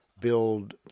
build